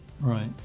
Right